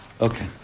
Okay